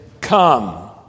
come